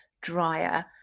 drier